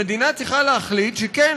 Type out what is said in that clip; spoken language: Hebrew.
המדינה צריכה להחליט: כן,